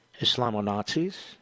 Islamo-Nazis